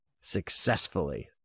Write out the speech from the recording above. successfully